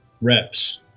reps